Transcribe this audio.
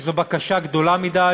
שזו בקשה גדולה מדי,